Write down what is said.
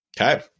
Okay